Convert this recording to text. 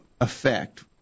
effect